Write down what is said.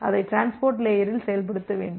அதை டிரான்ஸ்போர்ட் லேயரில் செயல்படுத்த வேண்டும்